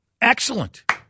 Excellent